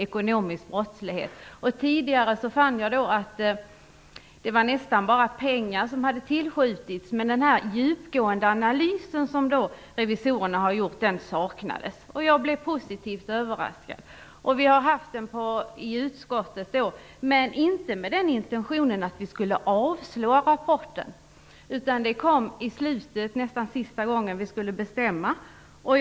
Jag fann att vid tidigare tillfällen var det nästan bara pengar som hade tillskjutits. Den djupgående analys som revisorerna nu har gjort saknades. Jag blev positivt överraskad över denna rapport. Vi har diskuterat rapporten i utskottet. Intentionen var då inte att rapporten skulle avslås. Det kom fram på slutet, nästan vid det sista sammanträdet, när vi skulle bestämma oss.